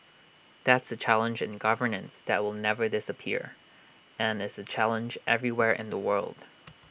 that's A challenge in governance that will never disappear and is A challenge everywhere in the world